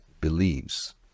believes